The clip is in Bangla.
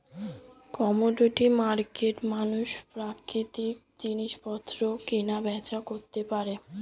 কমোডিটি মার্কেটে মানুষ প্রাকৃতিক জিনিসপত্র কেনা বেচা করতে পারে